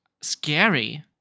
Scary